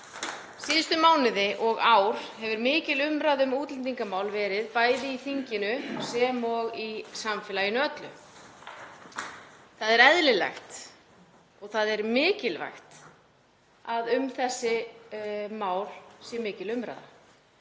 Síðustu mánuði og ár hefur verið mikil umræða um útlendingamál, bæði í þinginu sem og í samfélaginu öllu. Það er eðlilegt og mikilvægt að um þessi mál sé mikil umræða.